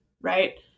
Right